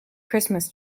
christmas